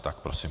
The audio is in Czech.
Tak prosím.